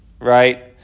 right